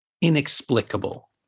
inexplicable